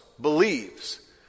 believes